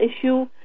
issue